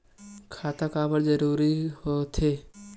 खाता काबर जरूरी हो थे?